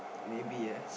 maybe ah